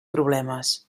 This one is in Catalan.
problemes